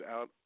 out